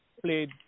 played